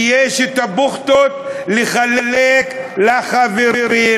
ויש את הבוחטות לחלק לחברים,